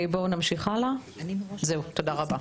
זהו, תודה רבה.